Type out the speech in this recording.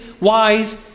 wise